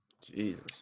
Jesus